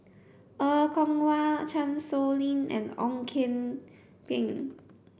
Er Kwong Wah Chan Sow Lin and Ong Kian Peng